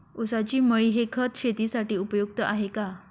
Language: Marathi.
ऊसाची मळी हे खत शेतीसाठी उपयुक्त आहे का?